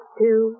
two